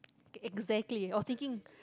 exactly I was thinking